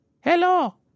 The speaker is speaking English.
Hello